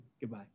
Goodbye